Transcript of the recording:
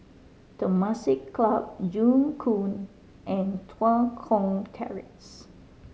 Temasek Club Joo Koon and Tua Kong Terrace